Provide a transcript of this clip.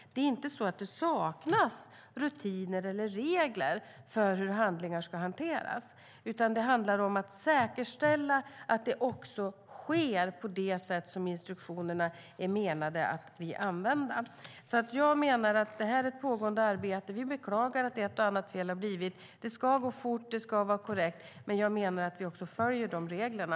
Det är alltså inte så att det saknas rutiner eller regler för hur handlingar ska hanteras, utan det handlar om att säkerställa att det också sker på det sätt instruktionerna är menade att användas. Jag menar alltså att det är ett pågående arbete. Vi beklagar att ett och annat fel har gjorts - det ska gå fort, och det ska vara korrekt. Jag menar dock att vi följer reglerna.